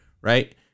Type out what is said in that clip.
Right